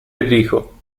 enrico